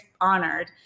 honored